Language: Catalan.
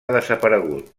desaparegut